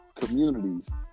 communities